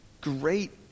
great